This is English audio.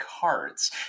cards